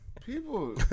People